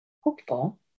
hopeful